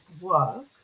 work